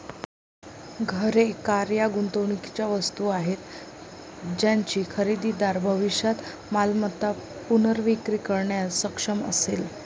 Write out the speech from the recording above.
घरे, कार या गुंतवणुकीच्या वस्तू आहेत ज्याची खरेदीदार भविष्यात मालमत्ता पुनर्विक्री करण्यास सक्षम असेल